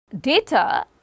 Data